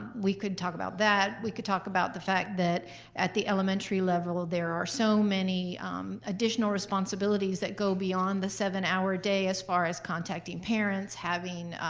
we could talk about that. we could talk about the fact that at the elementary level there are so many additional responsibilities that go beyond the seven hour day as far as contacting parents, having